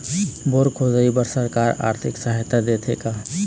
Bore खोदाई बर सरकार आरथिक सहायता देथे का?